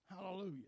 Hallelujah